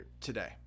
today